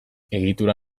egitura